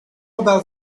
about